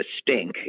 stink